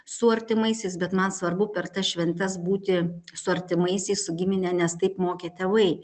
su artimaisiais bet man svarbu per tas šventes būti su artimaisiais su gimine nes taip mokė tėvai